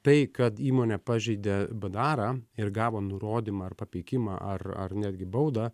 tai kad įmonė pažeidė bdarą ir gavo nurodymą ar papeikimą ar ar netgi baudą